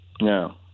No